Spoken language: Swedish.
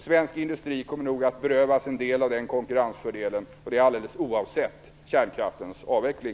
Svensk industri kommer nog att berövas en del av den konkurrensfördelen alldeles oavsett kärnkraftens avveckling.